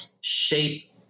shape